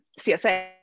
CSA